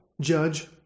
Judge